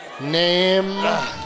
Name